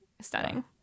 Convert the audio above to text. stunning